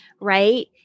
right